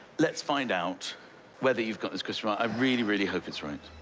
let's find out whether you've got this question right. i really, really hope it's right.